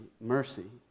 mercy